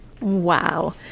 Wow